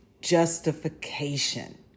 justification